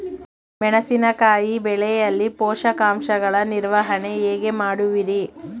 ಮೆಣಸಿನಕಾಯಿ ಬೆಳೆಯಲ್ಲಿ ಪೋಷಕಾಂಶಗಳ ನಿರ್ವಹಣೆ ಹೇಗೆ ಮಾಡುವಿರಿ?